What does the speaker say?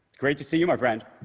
great to see you, my friend.